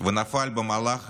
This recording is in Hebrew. ונפל במהלך